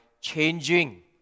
changing